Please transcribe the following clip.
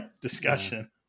discussion